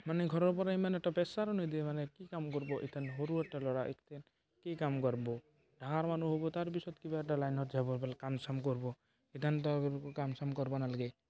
মানে ঘৰৰ পৰা ইমান এটা পেছাৰো নিদিয়ে মানে কি কাম কৰিব সৰু এটা ল'ৰা কি কাম কৰিব ডাঙৰ মানুহ হ'ব তাৰপিছত কিবা এটা লাইনত যাব কাম চাম কৰিব নালাগে